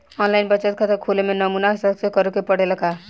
आन line बचत खाता खोले में नमूना हस्ताक्षर करेके पड़ेला का?